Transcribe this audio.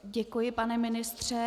Děkuji, pane ministře.